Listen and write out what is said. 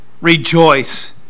Rejoice